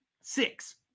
Six